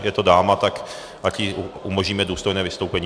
Je to dáma, tak ať jí umožníme důstojné vystoupení.